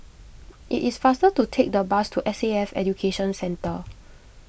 it is faster to take the bus to S A F Education Centre